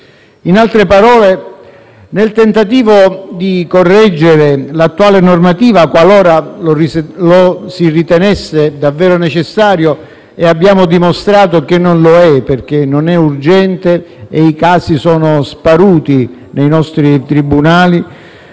In altre parole, nel tentativo di correggere l'attuale normativa, qualora lo si ritenesse davvero necessario (e abbiamo dimostrato che non lo è, perché non è urgente e i casi sono sparuti nei nostri tribunali),